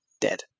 dead